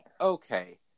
Okay